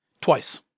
twice